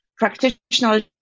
practitioners